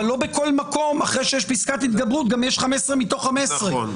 אבל לא בכל מקום אחרי שיש פסקת התגברות גם יש 15 מתוך 15. נכון.